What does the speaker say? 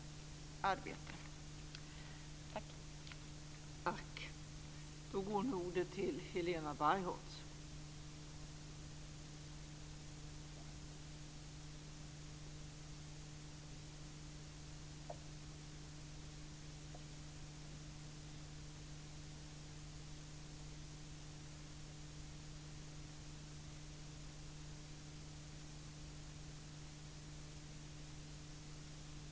Det har ju ett antal talare sagt tidigare också.